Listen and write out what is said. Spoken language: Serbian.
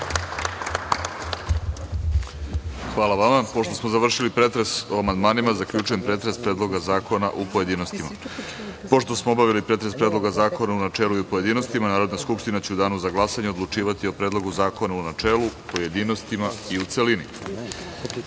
Hvala vama. Pošto smo završili pretres o amandmanima, zaključujem pretres Predloga zakona u pojedinostima. Pošto smo obavili pretres Predloga zakona u načelu i u pojedinostima, Narodna skupština će u danu za glasanje odlučivati o Predlogu zakonu u načelu, pojedinostima i u